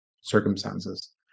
circumstances